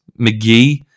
McGee